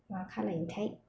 मा खालायनोथाय